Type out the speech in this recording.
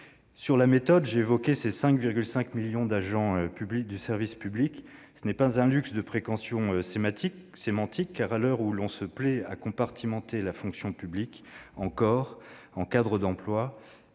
la méthode, j'ai évoqué les 5,5 millions d'agents du service public. Ce n'est pas qu'un luxe de précaution sémantique. En effet, à l'heure où l'on se plaît à compartimenter la fonction publique en corps, en cadres d'emploi,